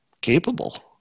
capable